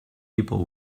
people